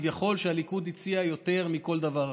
שכביכול הליכוד הציע יותר מכל דבר אחר.